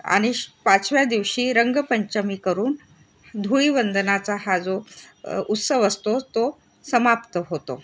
आणि पाचव्या दिवशी रंगपंचमी करून धुळीवंदनाचा हा जो उत्सव असतो तो समाप्त होतो